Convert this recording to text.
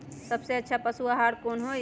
सबसे अच्छा पशु आहार कोन हई?